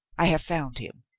i have found him.